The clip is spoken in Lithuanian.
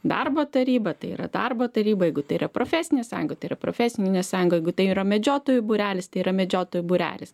darbo taryba tai yra darbo taryba jeigu tai yra profesinė sąjunga tai yra profesinė sąjunga jeigu tai yra medžiotojų būrelis tai yra medžiotojų būrelis